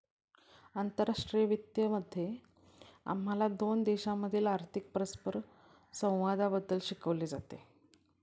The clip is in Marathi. आंतरराष्ट्रीय वित्त मध्ये आम्हाला दोन देशांमधील आर्थिक परस्परसंवादाबद्दल शिकवले जाते